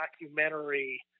documentary